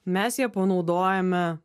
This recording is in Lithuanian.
mes ją panaudojame